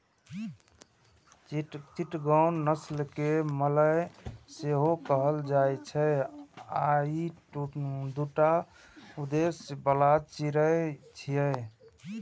चिटगांव नस्ल कें मलय सेहो कहल जाइ छै आ ई दूटा उद्देश्य बला चिड़ै छियै